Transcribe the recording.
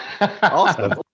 Awesome